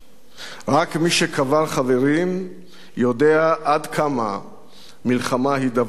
רק מי שקבר חברים יודע עד כמה מלחמה היא דבר רע ונורא".